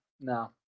No